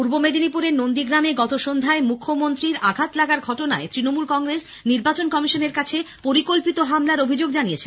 পূর্ব মেদিনীপুরের নন্দীগ্রামে গতসন্ধ্যায় মুখ্যমন্ত্রী মমতা ব্যানার্জির আঘাত লাগার ঘটনায় ত্রণমূল কংগ্রেস নির্বাচন কমিশনের কাছে পরিকল্পিত হামলার অভিযোগ জানিয়েছে